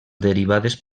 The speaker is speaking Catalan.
derivades